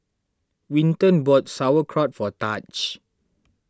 Winton bought Sauerkraut for Tahj